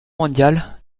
mondiale